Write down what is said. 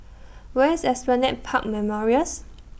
Where IS Esplanade Park Memorials